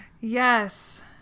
Yes